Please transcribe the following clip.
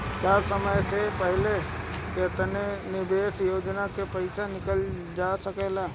का समय से पहले किसी निवेश योजना से र्पइसा निकालल जा सकेला?